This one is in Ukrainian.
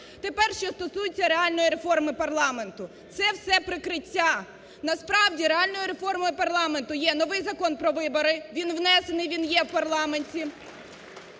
Тепер, що стосується реальної реформи парламенту. Це все прикриття. Насправді реальною реформою парламенту є новий Закон про вибори, він внесений, він є в парламенті;